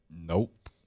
Nope